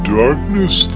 darkness